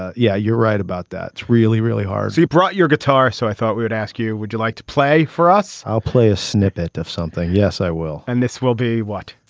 yeah you're right about that. it's really really hard. he brought your guitar so i thought we would ask you would you like to play for us. i'll play a snippet of something. yes i will. and this will be what.